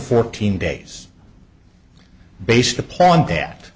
fourteen days based upon that